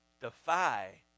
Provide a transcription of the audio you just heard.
defy